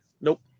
Nope